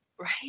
Right